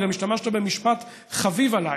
וגם השתמשת במשפט חביב עליי: